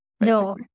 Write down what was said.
No